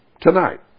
tonight